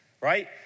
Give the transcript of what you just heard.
right